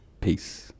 Peace